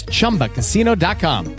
ChumbaCasino.com